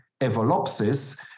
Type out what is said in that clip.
evolopsis